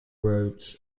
routes